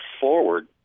forward